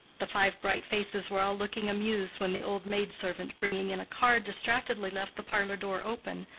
the five bright faces were all looking amused when the old maid-servant bringing in a card distractedly left the parlor-door open,